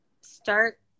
start